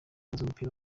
w’umupira